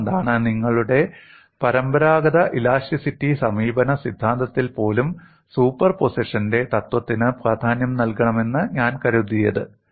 അതുകൊണ്ടാണ് നിങ്ങളുടെ പരമ്പരാഗത ഇലാസ്റ്റിറ്റി സമീപന സിദ്ധാന്തത്തിൽ പോലും സൂപ്പർപോസിഷന്റെ തത്ത്വത്തിന് പ്രാധാന്യം നൽകണമെന്ന് ഞാൻ കരുതിയത്